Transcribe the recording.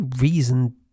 reason